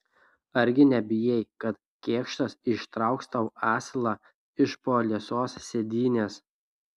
argi nebijai kad kėkštas ištrauks tau asilą iš po liesos sėdynės